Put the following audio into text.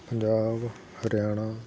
Punjab Haryana